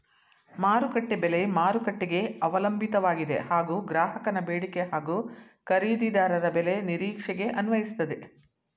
ಮಾರುಕಟ್ಟೆ ಬೆಲೆ ಮಾರುಕಟ್ಟೆಗೆ ಅವಲಂಬಿತವಾಗಿದೆ ಹಾಗೂ ಗ್ರಾಹಕನ ಬೇಡಿಕೆ ಹಾಗೂ ಖರೀದಿದಾರರ ಬೆಲೆ ನಿರೀಕ್ಷೆಗೆ ಅನ್ವಯಿಸ್ತದೆ